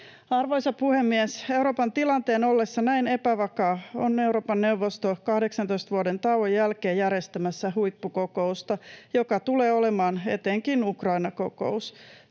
Arvoisa puhemies! Euroopan tilanteen ollessa näin epävakaa on Euroopan neuvosto 18 vuoden tauon jälkeen järjestämässä huippukokousta, joka tulee olemaan etenkin Ukraina-kokous.